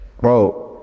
bro